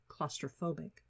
claustrophobic